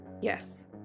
Yes